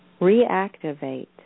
reactivate